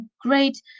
great